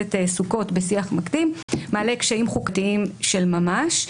הכנסת סוכות בשיח מקדים מעלה קשיים חוקתיים של ממש,